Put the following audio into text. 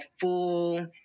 full